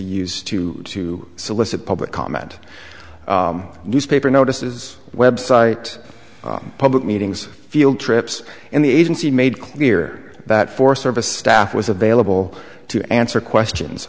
used to to solicit public comment newspaper notices website public meetings field trips and the agency made clear that forest service staff was available to answer questions